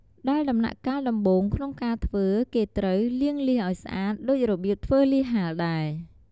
ដែលដំណាក់កាលដំបូងក្នុងការធ្វើគេត្រូវ លាងលៀសឱ្យស្អាតដូចរបៀបធ្វើលៀសហាលដែរ។